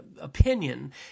opinion